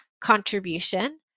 contribution